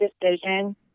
decision